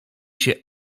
się